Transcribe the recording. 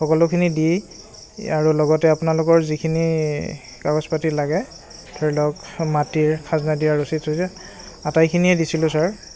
সকলোখিনি দি আৰু লগতে আপোনালোকৰ যিখিনি কাগজ পাতি লাগে ধৰি লওক মাটিৰ খাজনা দিয়া ৰচিদ চচিদ আটাইখিনিয়ে দিছিলোঁ ছাৰ